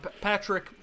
Patrick